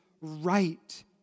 right